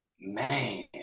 Man